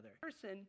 person